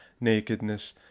nakedness